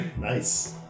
nice